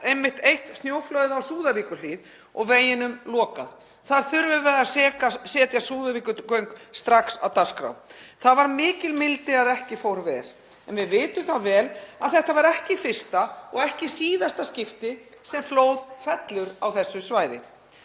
einmitt eitt snjóflóðið í Súðavíkurhlíð og veginum lokað. Þar þurfum við að setja Súðavíkurgöng strax á dagskrá. Það var mikil mildi að ekki fór verr en við vitum vel að þetta var ekki í fyrsta og ekki síðasta skipti sem flóð fellur á þessu svæði.